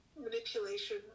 manipulation